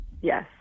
Yes